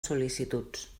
sol·licituds